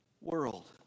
world